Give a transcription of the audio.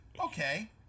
Okay